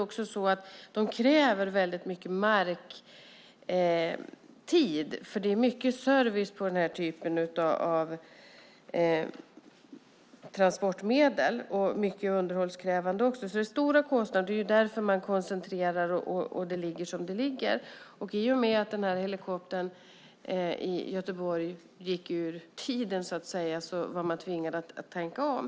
Vidare kräver helikoptrarna mycket marktid eftersom det är mycket service på den här typen av transportmedel. Det krävs också mycket underhåll så det är fråga om stora kostnader. Det är därför man koncentrerar verksamheten och därför den ligger som den ligger. I och med att helikoptern i Göteborg så att säga gick ur tiden var man tvungen att tänka om.